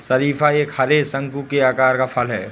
शरीफा एक हरे, शंकु के आकार का फल है